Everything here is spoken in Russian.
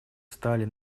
стали